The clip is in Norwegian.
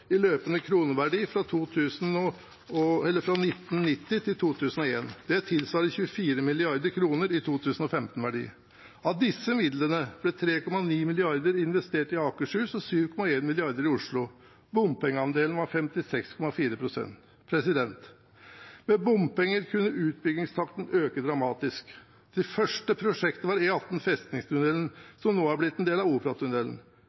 løpende kroneverdi fra 1990 til 2001. Det tilsvarer 24 mrd. kr i 2015-verdi. Av disse midlene ble 3,9 mrd. kr investert i Akershus og 7,1 mrd. kr i Oslo. Bompengeandelen var på 56,4 pst. Med bompenger kunne utbyggingstakten øke dramatisk. Det første prosjektet var E18 Festningstunnelen, som nå er blitt en del av Operatunnelen.